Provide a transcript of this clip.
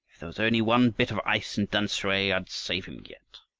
there was only one bit of ice in tamsui, i'd save him yet.